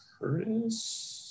Curtis